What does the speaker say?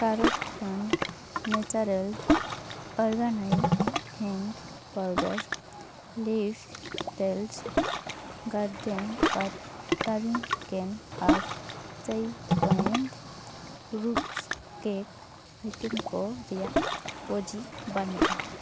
carrot ᱠᱷᱚᱱ natural organic hing powder leaf ᱴᱮᱞᱥ garden ᱟᱴᱟᱨᱤᱝ ᱠᱮᱱ ᱟᱨ chai point rusks cake item ᱠᱚ ᱨᱮᱭᱟᱜ ᱯᱚᱡᱤ ᱵᱟᱱᱩᱜᱼᱟ